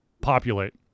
populate